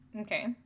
Okay